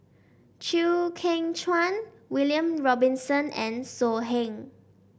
Chew Kheng Chuan William Robinson and So Heng